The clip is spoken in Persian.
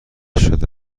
شده